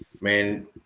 man